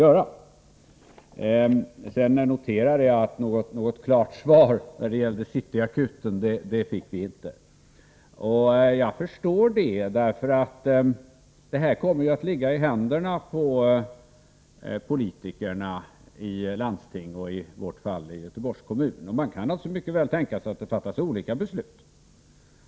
Sedan noterar jag att något klart svar i fråga om City Akuten fick jag inte, och det visar att avgörandet kommer att ligga i händerna på politikerna i landstingen och i vårt fall i Göteborgs kommun. Man kan mycket väl tänka sig att det fattas olika beslut.